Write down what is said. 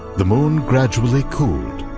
the moon gradually coole,